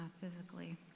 physically